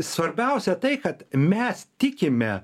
svarbiausia tai kad mes tikime